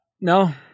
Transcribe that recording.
No